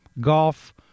golf